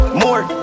more